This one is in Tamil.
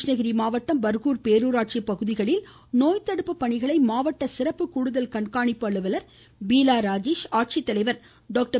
கிருஷ்ணிகிரி மாவட்டம் பர்கூர் பேரூராட்சி பகுதிகளில் நோய்த்தடுப்பு பணிகளை மாவட்ட சிறப்பு கூடுதல் கண்காணிப்பு அலுவலர் பீலா ராஜேஷ் ஆட்சித்தலைவர் டாக்டர்